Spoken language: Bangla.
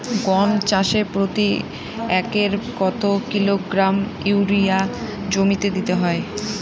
গম চাষে প্রতি একরে কত কিলোগ্রাম ইউরিয়া জমিতে দিতে হয়?